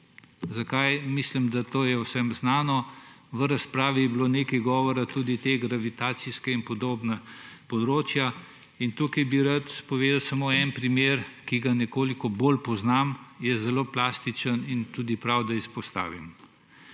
Zakaj? Mislim, da to je vsem znano. V razpravi je bilo nekaj govora tudi o teh gravitacijskih območjih. Tukaj bi rad povedal samo en primer, ki ga nekoliko bolj poznam, je zelo plastičen in tudi prav, da ga izpostavim.